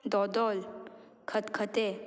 दोदोल खतखतें